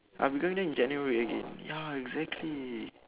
I'm going there in january again ya exactly